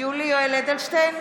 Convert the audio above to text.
יולי יואל אדלשטיין,